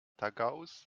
tagaus